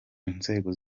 inzego